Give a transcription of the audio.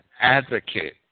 advocate